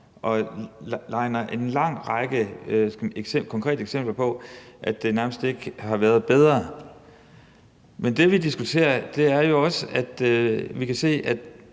og de liner en lang række konkrete eksempler op på, at det nærmest ikke har været bedre. Men det, vi diskuterer, er jo, at vi kan se,